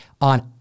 on